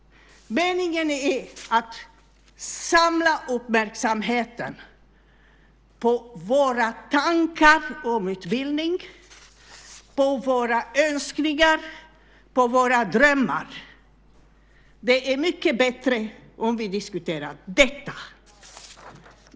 Meningen är att samla uppmärksamheten på våra tankar om utbildning, på våra önskningar och på våra drömmar. Det är mycket bättre om vi diskuterar detta.